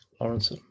Lawrence